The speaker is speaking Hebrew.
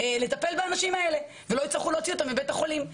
לטפל באנשים האלה ולא יצטרכו להוציא אותם מבית החולים.